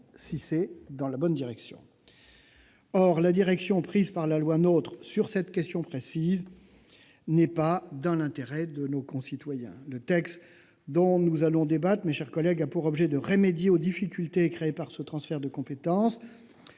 si c'est dans la bonne direction ». Or la direction prise avec la loi NOTRe, sur cette question, n'est pas conforme à l'intérêt de nos concitoyens. Le texte dont nous allons débattre a pour objet de remédier aux difficultés créées par ce transfert de compétences.